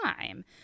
time